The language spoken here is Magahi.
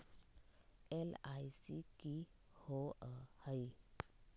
एल.आई.सी की होअ हई?